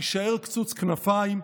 יישאר קצוץ כנפיים.